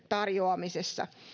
tarjoamisessa